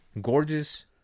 gorgeous